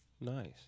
Nice